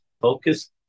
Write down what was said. Focus